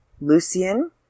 Lucian